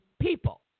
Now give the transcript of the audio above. people